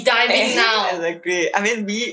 exact exactly I mean we